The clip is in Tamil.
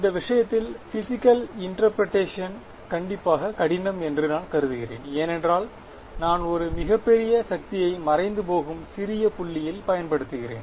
இந்த விஷயத்தில் பிஸிக்கல் இன்டர்ப்ரடேஷன் கண்டிப்பாக கடினம் என்று நான் கருதுகிறேன் ஏனென்றால் நான் ஒரு மிகப் பெரிய சக்தியை மறைந்துபோகும் சிறிய புள்ளியில் பயன்படுத்துகிறேன்